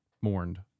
mourned